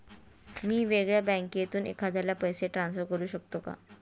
मी वेगळ्या बँकेतून एखाद्याला पैसे ट्रान्सफर करू शकतो का?